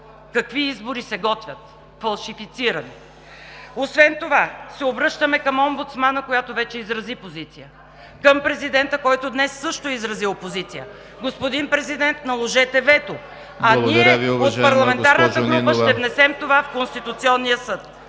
какви избори се готвят – фалшифицирани! Освен това се обръщаме към омбудсмана, която вече изрази позиция, към президента, който днес също е изразил позиция: господин Президент, наложете вето, а ние от парламентарната група ще внесем това в Конституционния съд.